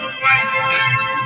white